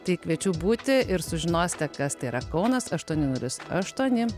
tai kviečiu būti ir sužinosite kas tai yra kaunas aštuoni nulis aštuoni